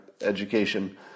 education